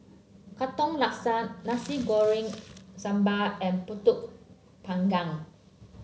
Katong Laksa Nasi Goreng Sambal and pulut Panggang